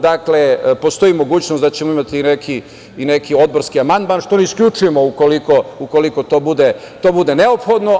Dakle, postoji mogućnost da ćemo imati i neki odborski amandman, što ne isključujemo, ukoliko to bude neophodno.